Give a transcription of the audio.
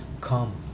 come